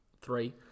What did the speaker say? three